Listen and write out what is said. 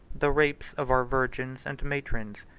the rapes of our virgins and matrons.